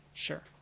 sure